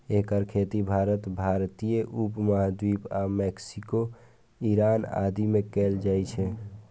एकर खेती भारत, भारतीय उप महाद्वीप आ मैक्सिको, ईरान आदि मे कैल जाइ छै